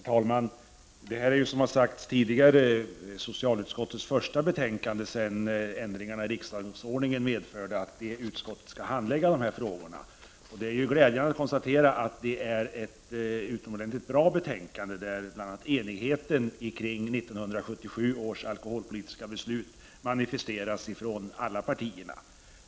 Herr talman! Detta är, vilket sagts tidigare, socialutskottets första betänkande sedan ändringarna i riksdagsordningen medförde att detta utskott skall handlägga de här frågorna. Det är glädjande att konstatera att det är ett utomordentligt bra betänkande, där enigheten kring 1977 års alkoholpolitiska beslut manifesteras från alla partierna.